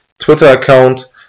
Twitter-Account